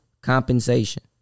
compensation